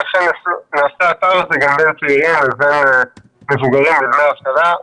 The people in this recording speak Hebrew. ולכן נעשה הפער הזה בין הצעירים האלה לבין מבוגרים בדמי אבטלה,